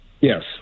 Yes